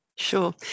Sure